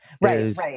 right